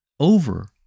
over